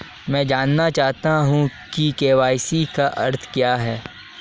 मैं जानना चाहूंगा कि के.वाई.सी का अर्थ क्या है?